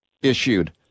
issued